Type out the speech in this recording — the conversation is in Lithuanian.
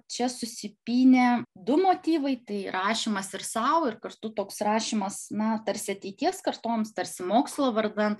čia susipynė du motyvai tai rašymas ir sau ir kartu toks rašymas na tarsi ateities kartoms tarsi mokslo vardan